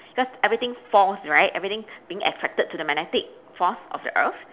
because everything falls right everything being attracted to the magnetic force of the earth